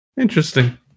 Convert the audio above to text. Interesting